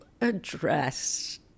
address